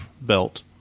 belt